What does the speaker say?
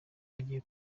agiye